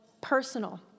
personal